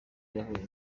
yahuye